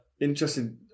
interesting